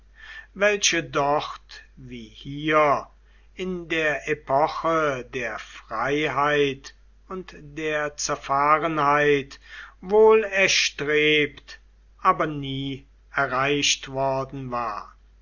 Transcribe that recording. welche dort wie hier in der epoche der freiheit und der zerfahrenheit wohl erstrebt aber nie erreicht worden war